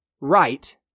right